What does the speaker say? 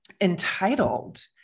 entitled